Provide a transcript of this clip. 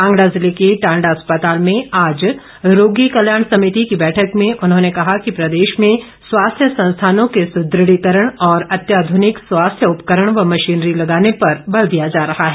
कांगड़ा जिले के टांडा अस्पताल में आज रोगी कल्याण समिति की बैठक में उन्होंने कहा कि प्रदेश में स्वास्थ्य संस्थानों के सुदृढीकरण और अत्याघुनिक स्वास्थ्य उपकरण व मशीनरी लगाने पर बल दिया जा रहा है